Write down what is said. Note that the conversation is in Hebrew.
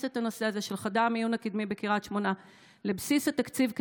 את הנושא הזה של חדר המיון הקדמי בקריית שמונה לבסיס התקציב,